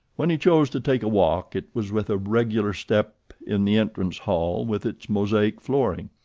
when he chose to take a walk it was with a regular step in the entrance hall with its mosaic flooring,